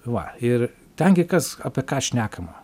va ir ten gi kas apie ką šnekama